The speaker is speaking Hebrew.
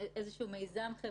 שאלתי משהו אחר.